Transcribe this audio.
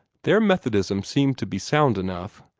their methodism seemed to be sound enough,